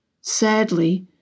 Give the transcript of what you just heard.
Sadly